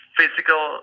physical